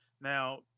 Now